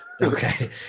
okay